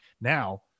Now